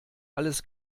alles